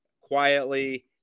quietly